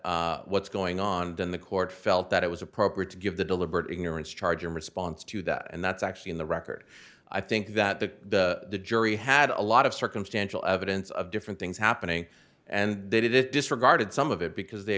what's going on in the court felt that it was appropriate to give the deliberate ignorance charge in response to that that's actually in the record i think that the jury had a lot of circumstantial evidence of different things happening and they did it disregarded some of it because they